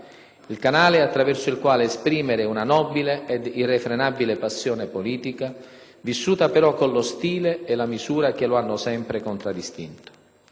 il canale attraverso il quale esprimere una nobile ed irrefrenabile passione politica, vissuta però con lo stile e la misura che l'hanno sempre contraddistinto.